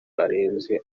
karenze